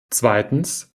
zweitens